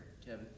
Kevin